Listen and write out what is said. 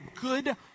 good